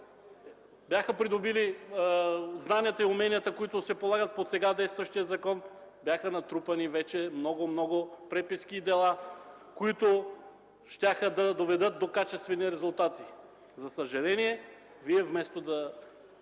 бяха придобили знанията и уменията, които се полагат по сега действащия закон; бяха натрупани вече много преписки и дела, които щяха да доведат до качествени резултати. За съжаление, вместо да